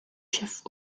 chef